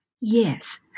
Yes